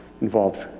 involved